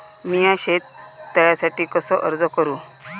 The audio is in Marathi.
मीया शेत तळ्यासाठी कसो अर्ज करू?